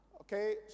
Okay